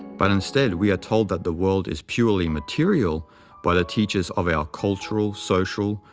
but instead we are told that the world is purely material by the teachers of our cultural, social,